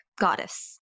goddess